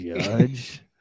Judge